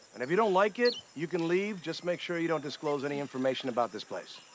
and if you don't like it, you can leave. just make sure you don't disclose any information about this place.